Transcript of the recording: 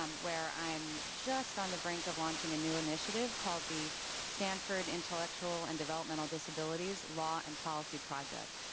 um where i am just on the brink of launching a new initiative called the stanford intellectual and developmental disabilities disabilities law and policy project.